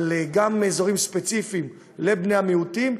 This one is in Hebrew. גם על אזורים ספציפיים לבני המיעוטים,